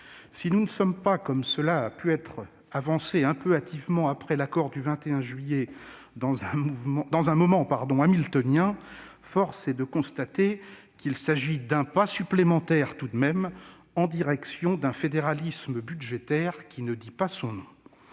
Si nous ne sommes pas, comme cela a pu être avancé un peu hâtivement après l'accord du 21 juillet, dans un « moment hamiltonien », force est de le constater, il s'agit tout de même d'un pas supplémentaire en direction d'un fédéralisme budgétaire qui ne dit pas son nom.